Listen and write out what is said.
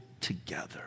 together